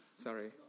Sorry